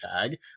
tag